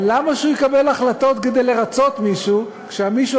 אבל למה שהוא יקבל החלטות כדי לרצות מישהו כשהמישהו